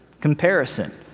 Comparison